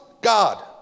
God